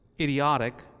idiotic